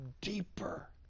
deeper